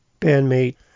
bandmate